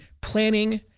planning